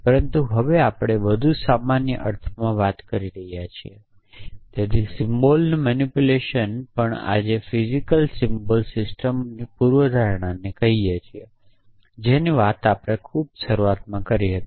પરંતુ હવે આપણે વધુ સામાન્ય અર્થમાં વાત કરી રહ્યા છીએ તેથી સિમ્બલ્સની મેનીપુલેશન પણ આપણે ફિજિકલ સિમ્બલ્સ સિસ્ટમ પૂર્વધારણાને કહીએ છીએ જેની વાત આપણે ખૂબ શરૂઆતમાં કરી હતી